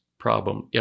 Problem